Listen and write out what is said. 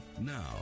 now